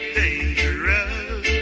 dangerous